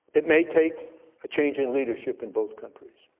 it may take a change in leadership in both countries.